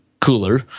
cooler